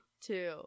two